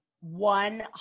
One